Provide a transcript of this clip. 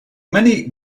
many